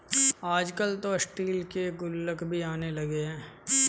आजकल तो स्टील के गुल्लक भी आने लगे हैं